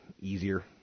easier